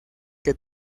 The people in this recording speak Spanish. que